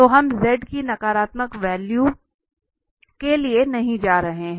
तो हम z की नकारात्मक वैल्यू के लिए नहीं जा रहे हैं